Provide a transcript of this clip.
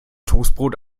toastbrot